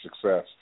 success